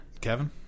Kevin